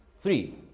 Three